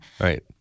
Right